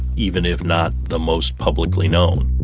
even if not the most publicly known